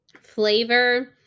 flavor